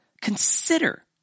Consider